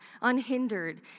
unhindered